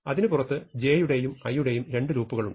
അതിനു പുറത്ത് j യുടെയും i യുടെയും 2 ലൂപ്പുകളുണ്ട്